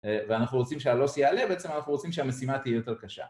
‫ואנחנו רוצים שהלוס יעלה, ‫בעצם אנחנו רוצים שהמשימה תהיה יותר קשה.